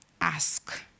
ask